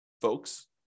folks